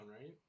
right